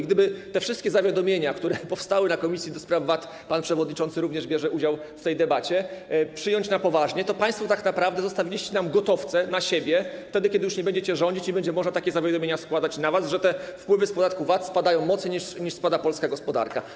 Gdyby te wszystkie zawiadomienia, które powstały w komisji do spraw VAT - pan przewodniczący również bierze udział w tej debacie - przyjąć na poważnie, to oznacza, że państwo tak naprawdę zostawiliście nam gotowce na siebie, na czas, kiedy już nie będziecie rządzić i będzie można takie zawiadomienia składać na was, że wpływy z podatku VAT spadają mocniej, niż spada, spowalnia polska gospodarka.